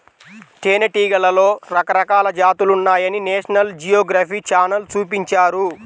తేనెటీగలలో రకరకాల జాతులున్నాయని నేషనల్ జియోగ్రఫీ ఛానల్ చూపించారు